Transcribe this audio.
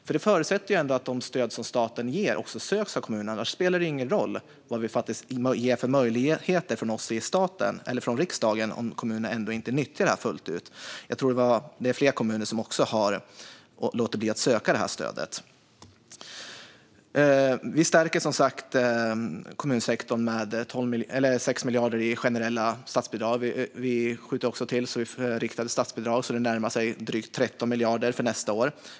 Det här förutsätter ju att de stöd som staten ger också söks av kommunerna. Det spelar ingen roll vad vi ger för möjligheter från staten eller riksdagen om kommunerna inte nyttjar det fullt ut. Jag tror att det är fler kommuner som har låtit bli att söka det här stödet. Vi stärker som sagt kommunsektorn med 6 miljarder i generella statsbidrag. Vi skjuter också till riktade statsbidrag så att det blir drygt 13 miljarder för nästa år.